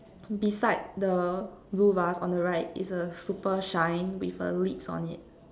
beside the blue vase on the right is a super shine with a lips on it